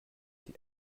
die